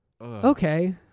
Okay